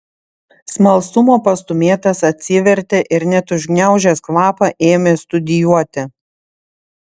smalsumo pastūmėtas atsivertė ir net užgniaužęs kvapą ėmė studijuoti